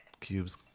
cubes